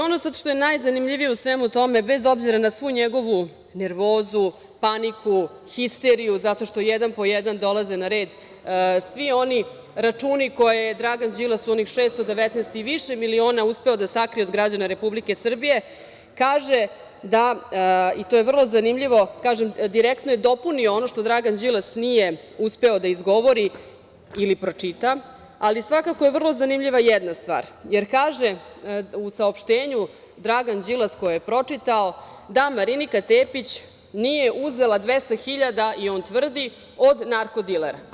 Ono što je sada najzanimljivije u svemu tome, bez obzira na svu njegovu nervozu, paniku, histeriju zato što jedan po jedna dolaze na red svi oni računi koje je Dragan Đilas u onih 619 i više miliona uspeo da sakrije od građana Republike Srbije kaže da, a to je vrlo zanimljivo, kažem, direktno je dopunio ono što Dragan Đilas nije uspeo da izgovori ili pročita, ali svakako vrlo zanimljiva jedna stvar, jer kaže u saopštenju Dragan Đilas koje je pročitao da Marinika Tepić nije uzela 200.000 i on tvrdi od narko-dilera.